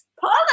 Paula